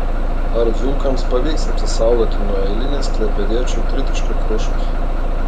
ar dzūkams pavyks apsisaugoti nuo eilinės klaipėdiečių tritaškių krušos